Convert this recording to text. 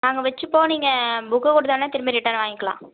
நாங்கள் வச்சுப்போம் நீங்கள் புக் கொடுத்தவுடனே திரும்ப ரிட்டன் வாங்கிக்கலாம்